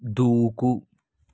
దూకు